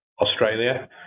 Australia